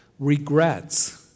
regrets